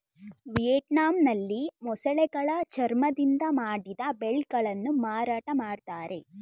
ವಿಯೆಟ್ನಾಂನಲ್ಲಿ ಮೊಸಳೆಗಳ ಚರ್ಮದಿಂದ ಮಾಡಿದ ಬೆಲ್ಟ್ ಗಳನ್ನು ಮಾರಾಟ ಮಾಡ್ತರೆ